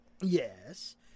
Yes